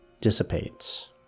dissipates